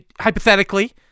hypothetically